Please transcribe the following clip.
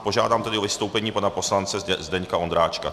Požádám o vystoupení pana poslance Zdeňka Ondráčka.